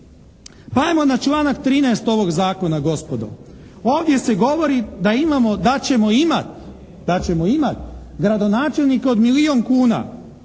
ajmo na članak 13. ovog zakona gospodo. Ovdje se govori da imamo, da ćemo imat gradonačelnika od milijun kuna.